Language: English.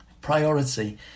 priority